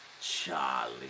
Charlie